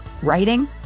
writing